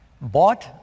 bought